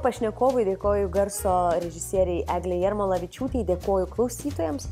pašnekovui dėkoju garso režisierei eglei jarmolavičiūtei dėkoju klausytojams